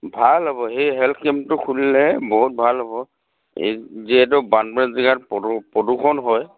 ভাল হ'ব সেই হেল্থ কেম্পটো খুুলিলে বহুত ভাল হ'ব এই যিহেতু জেগাত প্ৰদূষণ হয়